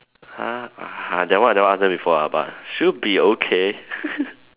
!huh! !huh! that one I never ask them before lah but should be okay